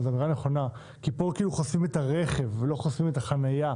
זו הערה נכונה כי פה כאילו חוסמים את הרכב ולא חוסמים את החנייה.